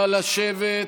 נא לשבת.